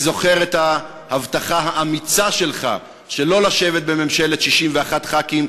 זוכר את ההבטחה האמיצה שלך שלא לשבת בממשלת 61 חברי כנסת,